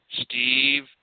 Steve